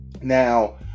Now